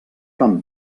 van